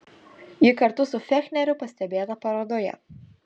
ji kartu su fechneriu pastebėta parodoje